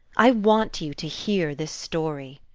i want you to hear this story.